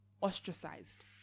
ostracized